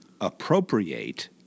appropriate